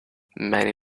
many